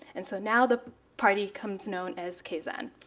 and so now the party comes known as kazan.